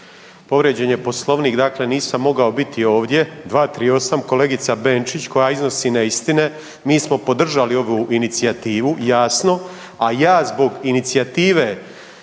Povrijeđen je Poslovnik, dakle nisam mogao biti ovdje, 238. kolegica Benčić koja iznosi neistine, mi smo podržali ovu inicijativu jasno, a ja zbog inicijative